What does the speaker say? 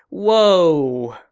woe